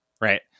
right